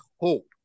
hope